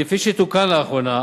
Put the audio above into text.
כפי שתוקן לאחרונה,